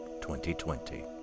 2020